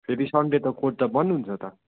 फेरि सन्डे त कोर्ट त बन्द हुन्छ त